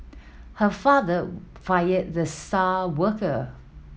her father fired the star worker